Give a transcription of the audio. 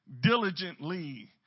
diligently